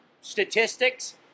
statistics